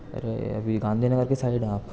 ارے ابھی گاندھی نگر کے سائڈ ہیں آپ